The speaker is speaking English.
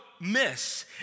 miss